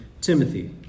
Timothy